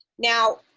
now,